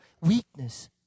weakness